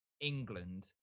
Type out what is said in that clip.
England